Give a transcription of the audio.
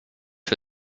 for